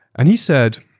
and he said,